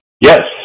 Yes